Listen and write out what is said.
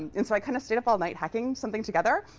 and so i kind of stayed up all night hacking something together,